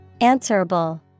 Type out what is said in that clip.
Answerable